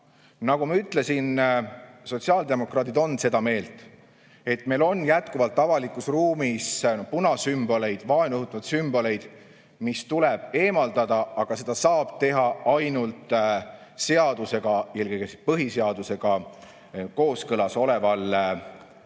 nagu ma ütlesin, sotsiaaldemokraadid on seda meelt, et meil on jätkuvalt avalikus ruumis punasümboleid, vaenu õhutavaid sümboleid, mis tuleb eemaldada, aga seda saab teha ainult seadusega, eelkõige põhiseadusega kooskõlas oleval viisil.